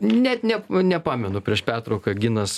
net ne nepamenu prieš pertrauką ginas